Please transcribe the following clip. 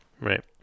Right